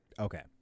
Okay